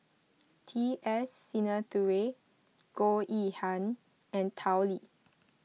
T S Sinnathuray Goh Yihan and Tao Li